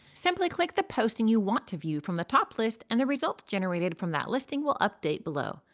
simply click the posting you want to view from the top list and the results generated from that listing will update below.